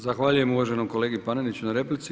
Zahvaljujem uvaženom kolegi Paneniću na replici.